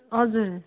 हजुर